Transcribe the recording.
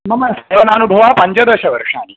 मम सेवनानुभवः पञ्चदशवर्षाणि